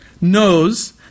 knows